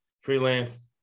Freelance